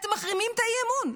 אתם מחרימים את האי-אמון.